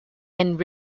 and